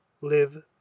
live